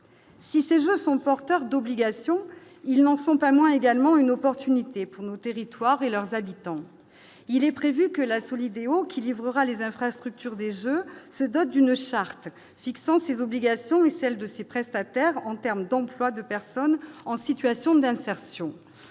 Si ces gens sont porteurs d'obligations, ils n'en sont pas moins également une opportunité pour nos territoires et leurs habitants, il est prévu que la Solideo, qui livrera les infrastructures des Jeux se dote d'une charte fixant ses obligations et celle de ses prestataires en termes d'emplois, de personnes en situation d'insertion